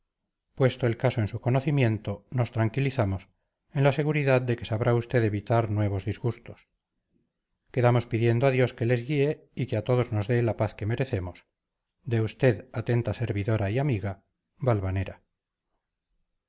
puesto el caso en su conocimiento nos tranquilizamos en la seguridad de que sabrá usted evitar nuevos disgustos quedamos pidiendo a dios que les guíe y que a todos nos dé la paz que merecemos de usted atenta servidora y amiga valvanera